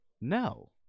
no